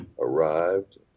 arrived